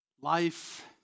Life